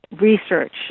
research